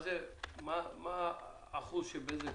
האחוז שבזק